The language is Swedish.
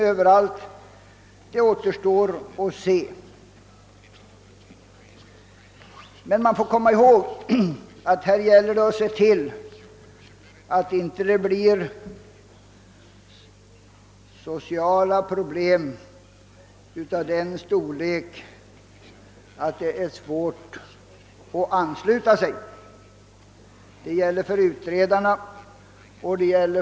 För utredarna och för dem som i första hand har det politiska ansvaret gäller det att se till att det inte uppstår så stora sociala problem, att det blir svårt att ansluta sig.